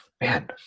man